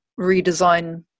redesign